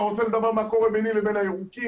אתה רוצה לדבר על מה קורה ביני לבין הירוקים,